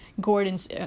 Gordon's